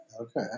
Okay